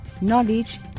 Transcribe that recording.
knowledge